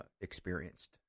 experienced